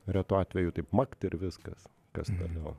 retu atveju taip makt ir viskas kas toliau